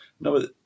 no